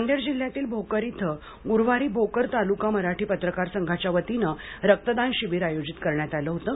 नांदेड जिल्ह्यातील भोकर इथं ग्रुवारी भोकर तालुका मराठी पत्रकार संघाच्या वतीनं रक्तदान शिबीर आयोजित करण्यात आलं होतं